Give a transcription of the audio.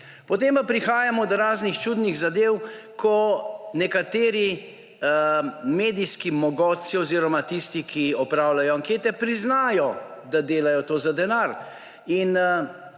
Potem pa prihajamo do raznih čudnih zadev, ko nekateri medijski mogotci oziroma tisti, ki opravljajo ankete, priznajo, da delajo to za denar.